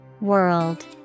World